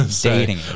Dating